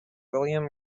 william